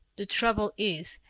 the trouble is,